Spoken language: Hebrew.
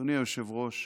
אדוני היושב-ראש,